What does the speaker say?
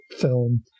film